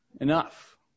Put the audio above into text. enough